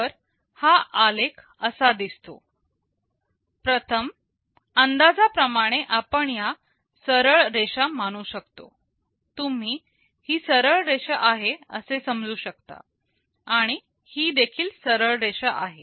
तर हा आलेख असा दिसतो परंतु प्रथम अंदाजाप्रमाणे आपण या सरळ रेषा मानू शकतो तुम्ही ही सरळ रेषा आहे असे समजू शकता आणि ही देखील सरळ रेषा आहे